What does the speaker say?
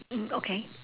mm okay